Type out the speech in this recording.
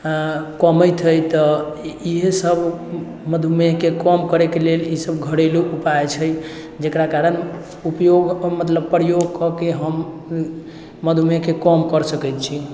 कमाइत हइ तऽ इहे सब मधुमेहके कम करैके लेल ई सब घरेलू उपाय छै जेकरा कारण उपयोग मतलब प्रयोगके के हम मधुमेहके कम कर सकै छी